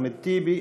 אחמד טיבי,